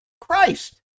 Christ